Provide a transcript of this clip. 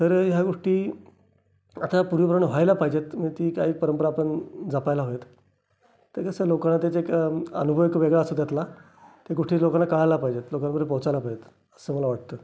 तर ह्या गोष्टी आता पूर्वीप्रमाणे व्हायला पाहिजेत रीती काही परंपरा आपण जपायला हवेत ते कसं लोकांना त्याचे का अनुभव एक वेगळा असतो त्यातला त्या गोष्टी लोकांना कळायला पाहिजेत लोकांपर्यंत पोहोचायला पाहिजेत असं मला वाटतं